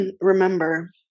remember